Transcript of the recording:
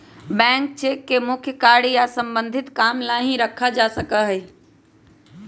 blank cheque के मुख्य कार्य या सम्बन्धित काम ला ही रखा जा सका हई